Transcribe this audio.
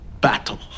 battle